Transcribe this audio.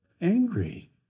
angry